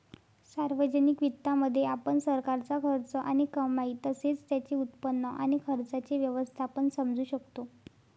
सार्वजनिक वित्तामध्ये, आपण सरकारचा खर्च आणि कमाई तसेच त्याचे उत्पन्न आणि खर्चाचे व्यवस्थापन समजू शकतो